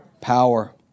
power